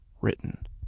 written